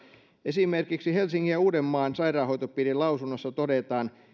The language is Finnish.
esimerkiksi helsingin ja uudenmaan sairaanhoitopiirin lausunnossa todetaan